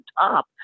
top